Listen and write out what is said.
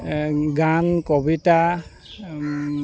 গান কবিতা